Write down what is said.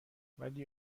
ولی